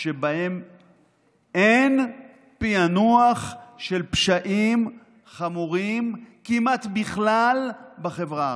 שבו אין פיענוח של פשעים חמורים כמעט בכלל בחברה הערבית.